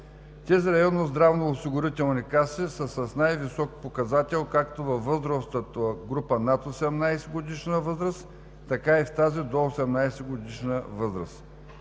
Тези районни здравноосигурителни каси са с най-висок показател както във възрастовата група над 18-годишна възраст, така и в тази до 18 годишна възраст.